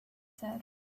said